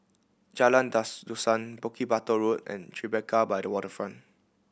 Jalan Dusun Bukit Batok Road and Tribeca by the Waterfront